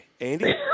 Andy